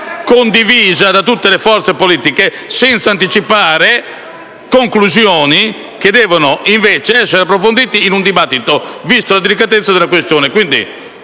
condivisa tra tutte le forze politiche, senza anticipare conclusioni che devono invece essere approfondite in un dibattito, vista la delicatezza della questione.